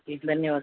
ठीक धन्यवाद